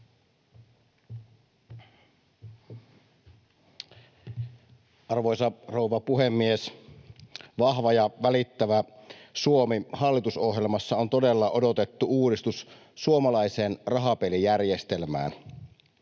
Arvoisa rouva puhemies! Vahva ja välittävä Suomi ‑hallitusohjelmassa on todella odotettu uudistus suomalaiseen rahapelijärjestelmään.